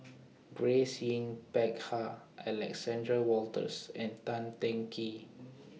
Grace Yin Peck Ha Alexander Wolters and Tan Teng Kee